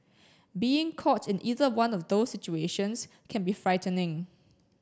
being caught in either one of these situations can be frightening